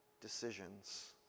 decisions